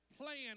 playing